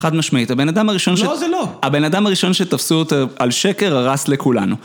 חד משמעית, הבן אדם הראשון ש... לא זה לא! הבן אדם הראשון שתפסו אותו על שקר הרס לכולנו